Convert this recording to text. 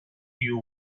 you